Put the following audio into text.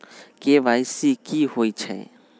KYC कि होई छई?